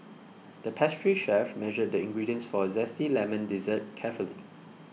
the pastry chef measured the ingredients for a Zesty Lemon Dessert carefully